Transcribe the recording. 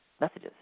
messages